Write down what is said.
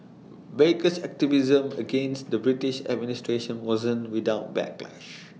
baker's activism against the British administration wasn't without backlash